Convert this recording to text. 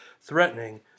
threatening